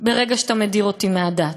ברגע שאתה מדיר אותי מהדת.